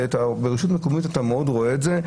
ברשות מקומית אתה מאוד רואה את זה.